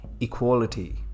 equality